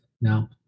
Now